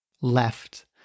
left